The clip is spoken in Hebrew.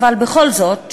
בכל זאת,